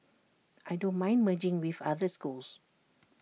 I don't mind merging with other schools